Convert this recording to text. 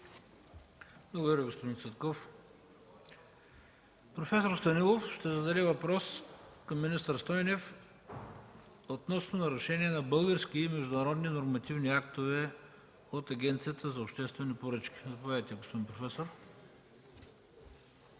Благодаря, господин Цветков. Професор Станилов ще зададе въпрос към министър Стойнев относно нарушения на български и международни нормативни актове от Агенцията за обществени поръчки. Заповядайте, господин професор.